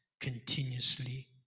continuously